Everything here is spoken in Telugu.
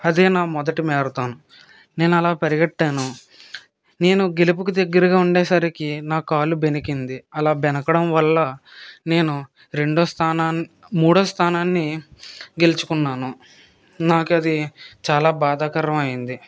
అదే నా మొదటి మ్యారథాన్ నేను అలా పరిగెట్టాను నేను గెలుపుకి దగ్గరగా ఉండేసరికి నా కాలు బెణికింది అలా బెణకడం వల్ల నేను రెండో స్థానాన్ని మూడో స్థానాన్ని గెలుచుకున్నాను నాకది చాలా బాధాకరం అయ్యింది